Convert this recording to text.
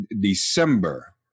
December